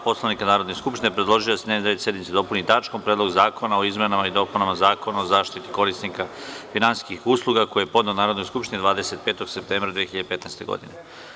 Poslovnika Narodne skupštine, predložila je da se dnevni red sednice dopuni tačkom – Predlog zakona o izmenama i dopunama Zakona o zaštiti korisnika finansijskih usluga, koji je podneo Narodnoj skupštini 25. septembra 2015. godine.